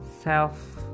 self